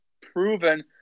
proven